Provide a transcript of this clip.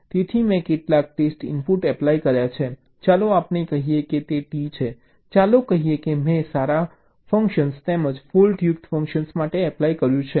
તેથી મેં કેટલાક ટેસ્ટ ઇનપુટ એપ્લાય કર્યા છે ચાલો આપણે કહીએ કે તે t છે ચાલો કહીએ કે મેં સારા ફંકશન તેમજ ફૉલ્ટ્યુક્ત ફંકશન માટે એપ્લાય કર્યું છે